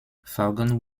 vaughan